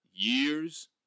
years